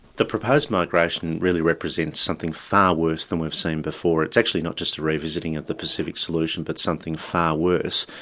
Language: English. the proposed migration really represents something far worse than we've seen before. it's actually not just a revisiting of the pacific solution, but something far worse.